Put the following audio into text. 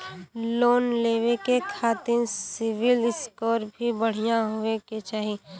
Loan लेवे के खातिन सिविल स्कोर भी बढ़िया होवें के चाही?